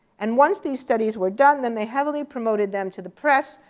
and once these studies were done, then they heavily promoted them to the press,